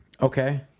okay